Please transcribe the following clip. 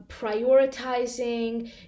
prioritizing